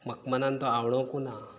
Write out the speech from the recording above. म्हाका मनांन तो आवडोकूं ना